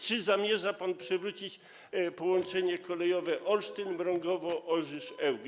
Czy zamierza pan przywrócić połączenie kolejowe Olsztyn - Mrągowo - Orzysz - Ełk?